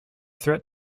threat